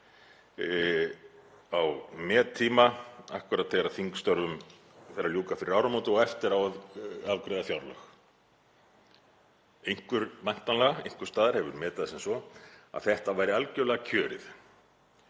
á mettíma akkúrat þegar þingstörfum fer að ljúka fyrir áramót og eftir á að afgreiða fjárlög. Einhver væntanlega einhvers staðar hefur metið það sem svo að þetta væri algjörlega kjörið.